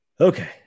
Okay